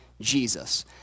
Jesus